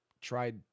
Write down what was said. tried